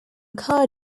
car